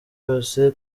yose